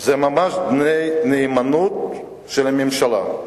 זה ממש דמי נאמנות של הממשלה,